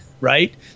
Right